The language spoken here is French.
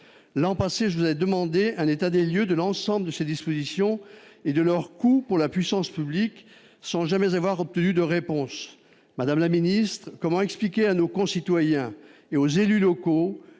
L'an passé, je vous avais demandé un état des lieux de l'ensemble de ces dispositions et de leurs coûts pour la puissance publique, sans jamais avoir obtenu de réponse. Madame la ministre, comment expliquer à nos concitoyens et aux élus locaux